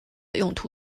用途